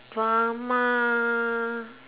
drama